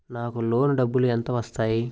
నాకు లోన్ డబ్బులు ఎంత వస్తాయి?